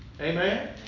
Amen